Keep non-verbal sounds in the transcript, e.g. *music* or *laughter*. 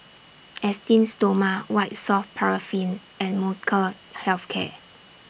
*noise* Esteem Stoma White Soft Paraffin and Molnylcke Health Care